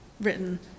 written